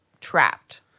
trapped